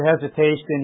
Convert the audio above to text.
hesitation